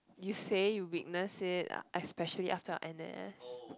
you say you witness it ah especially after your N_S